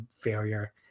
failure